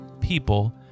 People